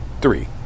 Three